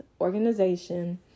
organization